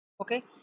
okay